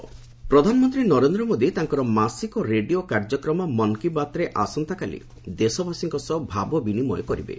PM Mann Ki Baat ପ୍ରଧାନମନ୍ତ୍ରୀ ନରେନ୍ଦ୍ର ମୋଦି ତାଙ୍କର ମାସିକ ରେଡିଓ କାର୍ଯ୍ୟକ୍ରମ ମନ୍ କି ବାତ୍ରେ ଆସନ୍ତାକାଲି ଦେଶବାସୀଙ୍କ ସହ ଭାବ ବିନିମୟ କରିବେ